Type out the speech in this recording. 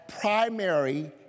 primary